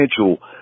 potential